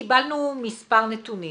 קיבלנו מספר נתונים.